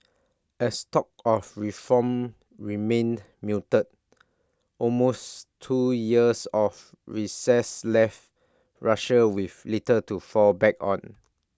as talk of reform remained muted almost two years of recess left Russia with little to fall back on